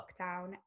lockdown